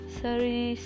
sorry